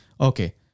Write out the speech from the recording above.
Okay